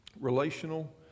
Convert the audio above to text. Relational